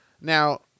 Now